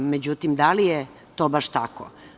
Međutim, da li je to baš tako?